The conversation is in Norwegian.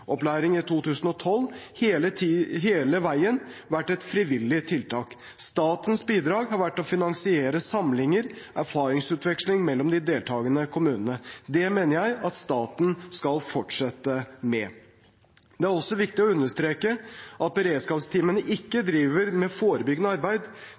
i 2012, hele veien vært et frivillig tiltak. Statens bidrag har vært å finansiere samlinger – erfaringsutveksling mellom de deltakende kommunene. Det mener jeg at staten skal fortsette med. Det er også viktig å understreke at beredskapsteamene ikke driver med forebyggende arbeid.